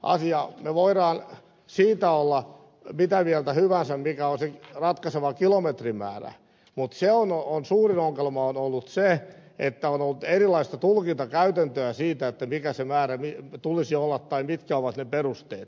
me voimme siitä olla mitä mieltä hyvänsä mikä on se ratkaiseva kilometrimäärä mutta suurin ongelma on ollut se että on ollut erilaista tulkintakäytäntöä siitä mikä sen määrän tulisi olla tai mitkä ovat ne perusteet